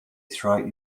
throughout